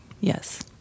Yes